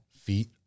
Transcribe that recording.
feet